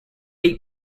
eight